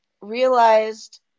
realized